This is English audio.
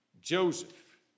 Joseph